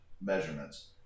measurements